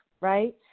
right